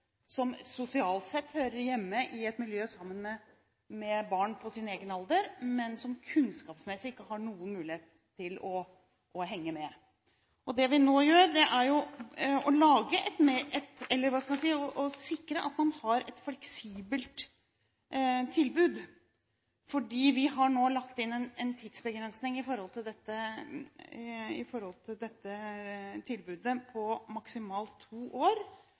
som sosialt sett hører hjemme i et miljø sammen med barn på sin egen alder, men som kunnskapsmessig ikke har noen mulighet til å henge med. Det vi nå gjør, er å sikre at man har et fleksibelt tilbud, fordi vi nå har lagt inn en tidsbegrensning i forhold til dette tilbudet på maksimalt to år, men at det kan fattes vedtak for ett år